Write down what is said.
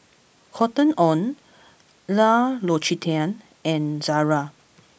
Cotton On L'Occitane and Zara